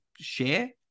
share